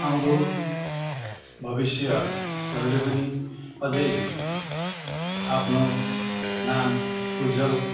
आउँदो भविष्यहरूले पनि अझै आफ्नो नाम उज्ज्वल